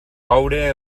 coure